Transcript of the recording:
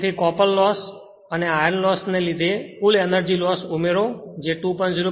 તેથી copper loss અને આયર્નની લોસ ને લીધે કુલ એનર્જી લોસ ઉમેરો જે 2